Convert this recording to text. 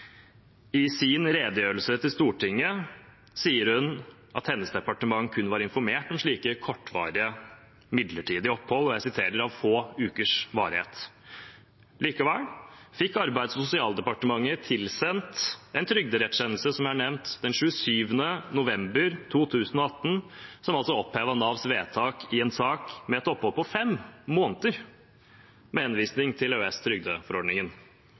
I sin redegjørelse til Stortinget sier hun at hennes departement kun var informert om slike kortvarige, midlertidige opphold «av få ukers varighet». Likevel fikk Arbeids- og sosialdepartementet tilsendt en trygderettskjennelse, som jeg har nevnt, den 27. november 2018 som altså opphevet Navs vedtak i en sak med et opphold på fem måneder, med henvisning til